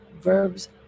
verbs